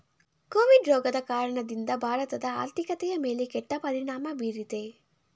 Covid ರೋಗದ ಕಾರಣದಿಂದ ಭಾರತದ ಆರ್ಥಿಕತೆಯ ಮೇಲೆ ಕೆಟ್ಟ ಪರಿಣಾಮ ಬೀರಿದೆ